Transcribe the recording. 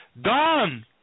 done